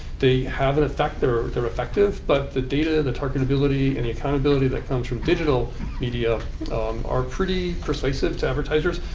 they have an effect. they're they're effective. but the data, the targetability and the accountability that comes from digital media are pretty persuasive to advertisers.